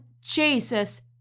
Jesus